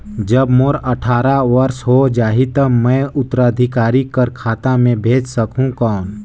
जब मोर अट्ठारह वर्ष हो जाहि ता मैं उत्तराधिकारी कर खाता मे भेज सकहुं कौन?